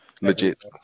legit